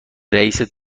رئیست